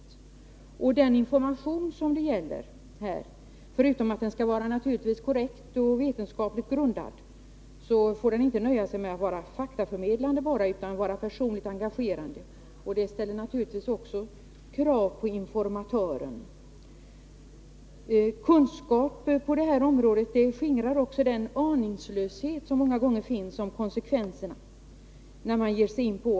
Förutom att informationen skall vara korrekt och vetenskapligt grundad, dvs. faktaförmedlande, skall den vara personligt engagerande. Naturligtvis ställer det krav på informatören. Kunskaper på området möjliggör att den aningslöshet skingras som många gånger finns när det gäller konsekvenserna av drogmissbruk.